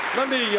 let me yeah